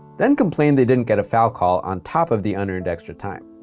then complained they didn't get a foul call on top of the and and extra time.